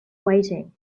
waiting